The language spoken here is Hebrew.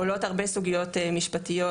עולות הרבה סוגיות משפטיות,